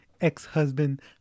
ex-husband